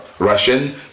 Russian